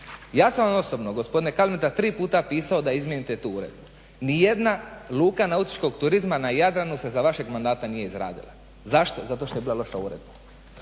Ja sam vam osobno gospodine Kalmeta tri puta pisao da izmijenite tu uredbu. Ni jedna luka nautičkog turizma na Jadranu se za vašeg mandata nije izradila. Zašto? Zato što je bila loša uredba.